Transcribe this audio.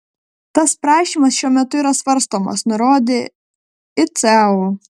tas prašymas šiuo metu yra svarstomas nurodė icao